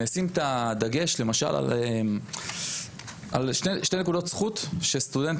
אני שם למשל את הדגש על שתי נקודות זכות שסטודנט